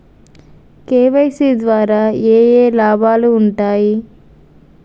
KYC ద్వారా ఏఏ లాభాలు ఉంటాయి?